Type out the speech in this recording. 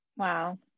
Wow